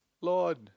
Lord